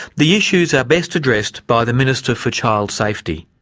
the issues are best addressed by the minister for child safety.